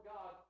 God